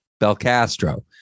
belcastro